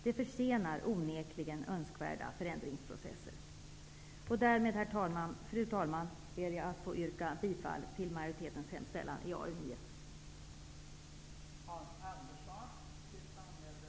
Det försenar onekligen önskvärda förändringsprocesser. Fru talman! Därmed ber jag att få yrka bifall till majoritetens hemställan i betänkande AU9.